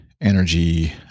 energy